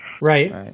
Right